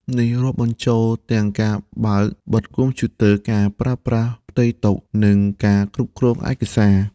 នេះរាប់បញ្ចូលទាំងការបើក-បិទកុំព្យូទ័រ ការប្រើប្រាស់ផ្ទៃតុ និងការគ្រប់គ្រងឯកសារ។